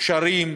גשרים,